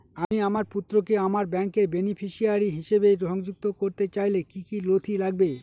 আমি আমার পুত্রকে আমার ব্যাংকের বেনিফিসিয়ারি হিসেবে সংযুক্ত করতে চাইলে কি কী নথি লাগবে?